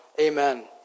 Amen